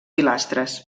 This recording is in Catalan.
pilastres